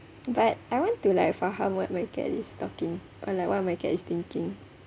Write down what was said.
but I want to like faham what my cat is talking or like what my cat is thinking